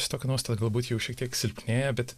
šitokia nuostata galbūt jau šiek tiek silpnėja bet